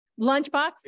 Lunchbox